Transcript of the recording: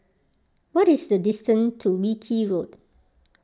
what is the distance to Wilkie Road